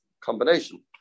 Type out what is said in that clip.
combination